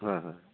হয় হয়